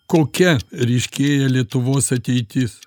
kokia ryškėja lietuvos ateitis